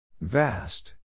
Vast